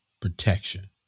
Protection